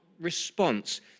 response